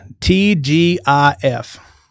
T-G-I-F